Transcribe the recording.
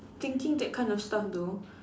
thinking that kind of stuff though